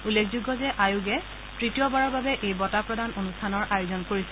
উল্লেখযোগ্য যে আয়োগে তৃতীয়বাৰৰ বাবে এই বঁটা প্ৰদান অনুষ্ঠানৰ আয়োজন কৰিছে